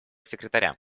секретаря